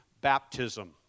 baptism